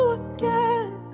again